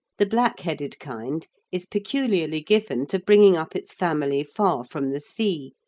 the black-headed kind is peculiarly given to bringing up its family far from the sea,